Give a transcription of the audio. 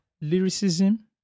Lyricism